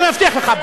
אני מבטיח לך.